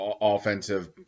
offensive